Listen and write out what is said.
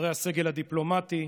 חברי הסגל הדיפלומטי,